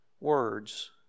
words